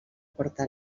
porta